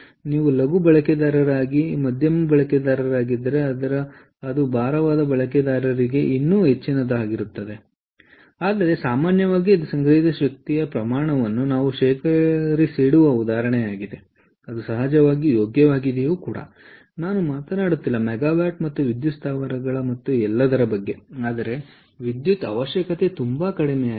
ನೀವು ಲಘು ಬಳಕೆದಾರರಿಗಾಗಿ ಮಧ್ಯಮ ಬಳಕೆದಾರರಾಗಿದ್ದರೆ ಅದು ಭಾರವಾದ ಬಳಕೆದಾರರಿಗೆ ಇನ್ನೂ ಹೆಚ್ಚಿನದಾಗಿರಬಹುದು ಆದರೆ ಸಾಮಾನ್ಯವಾಗಿ ಅದು ಸಂಗ್ರಹಿಸಿದ ಶಕ್ತಿಯ ಪ್ರಮಾಣವನ್ನು ನಾವು ಶೇಖರಿಸಿಡುವ ಉದಾಹರಣೆಯಾಗಿದೆ ಅದು ಸಹಜವಾಗಿ ಯೋಗ್ಯವಾಗಿದೆ ನಾನು ಮೆಗಾವ್ಯಾಟ್ ಮತ್ತು ವಿದ್ಯುತ್ ಸ್ಥಾವರಗಳು ಮತ್ತು ಎಲ್ಲದರ ಬಗ್ಗೆ ಮಾತನಾಡುತ್ತಿಲ್ಲ ಆದರೆ ವಿದ್ಯುತ್ ಅವಶ್ಯಕತೆ ತುಂಬಾ ಕಡಿಮೆಯಾಗಿದೆ